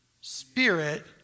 spirit